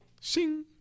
Sing